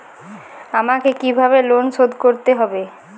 আমাকে কিভাবে লোন শোধ করতে হবে?